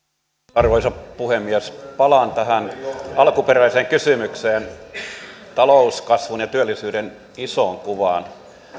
arvoisa puhemies palaan tähän alkuperäiseen kysymykseen talouskasvun ja työllisyyden isoon kuvaan